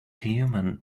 human